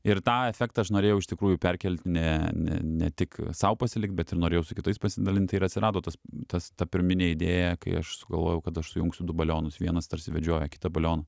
ir tą efektą aš norėjau iš tikrųjų perkelti ne ne ne tik sau pasilikt bet ir norėjau su kitais pasidalint ir atsirado tas tas ta pirminė idėja kai aš sugalvojau kad aš sujungsiu du balionus vienas tarsi vedžioja kitą balioną